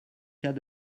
cas